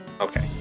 Okay